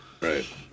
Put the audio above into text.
right